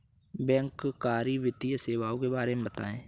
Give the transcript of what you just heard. बैंककारी वित्तीय सेवाओं के बारे में बताएँ?